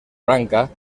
branca